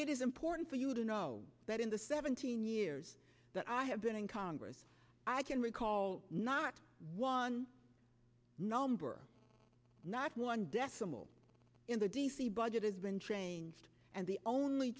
it is important for you to know that in the seventeen years that i have been in congress i can recall not one number not one decimal in the d c budget has been changed and the only